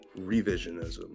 Revisionism